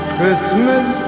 Christmas